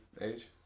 age